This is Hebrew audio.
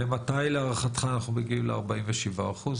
ומתי להערכתך אנחנו מגיעים ל-47%?